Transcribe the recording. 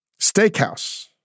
Steakhouse